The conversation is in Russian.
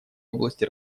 области